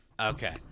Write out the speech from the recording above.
okay